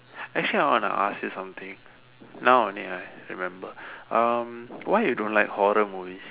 actually I want to ask you something now only I remember um why you don't like horror movies